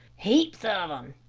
heaps of them.